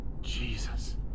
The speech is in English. Jesus